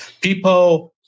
People